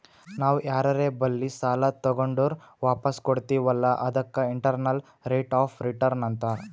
ನಾವ್ ಯಾರರೆ ಬಲ್ಲಿ ಸಾಲಾ ತಗೊಂಡುರ್ ವಾಪಸ್ ಕೊಡ್ತಿವ್ ಅಲ್ಲಾ ಅದಕ್ಕ ಇಂಟರ್ನಲ್ ರೇಟ್ ಆಫ್ ರಿಟರ್ನ್ ಅಂತಾರ್